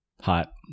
hot